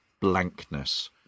blankness